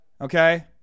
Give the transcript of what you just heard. Okay